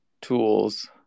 tools